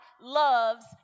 loves